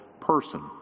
person